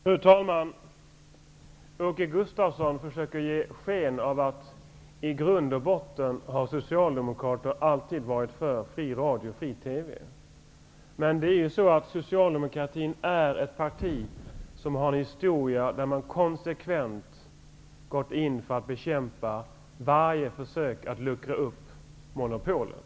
Fru talman! Åke Gustavsson försöker ge sken av att Socialdemokraterna i grund och botten alltid har varit för fri radio och fri TV. Men Socialdemokraterna är ett parti med en historia där man konsekvent gått in för att bekämpa varje försök att luckra upp monopolet.